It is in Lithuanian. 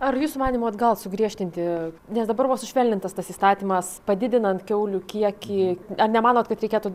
ar jūsų manymu atgal sugriežtinti nes dabar va sušvelnintas tas įstatymas padidinant kiaulių kiekį ar nemanot kad reikėtų